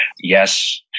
Yes